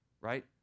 Right